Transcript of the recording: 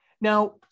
Now